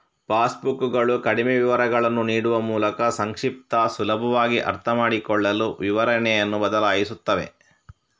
pass ಬುಕ್ಕುಗಳು ಕಡಿಮೆ ವಿವರಗಳನ್ನು ನೀಡುವ ಮೂಲಕ ಸಂಕ್ಷಿಪ್ತ, ಸುಲಭವಾಗಿ ಅರ್ಥಮಾಡಿಕೊಳ್ಳಲು ವಿವರಣೆಯನ್ನು ಬದಲಾಯಿಸುತ್ತವೆ